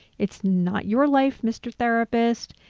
it's not your life mr. therapist,